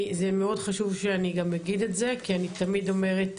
זה מאוד חשוב שאני אגיד את זה, כי אני תמיד אומרת